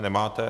Nemáte.